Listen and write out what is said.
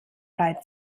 frei